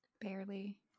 Barely